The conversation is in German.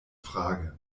frage